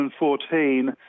2014